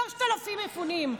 3,000 מפונים.